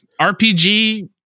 RPG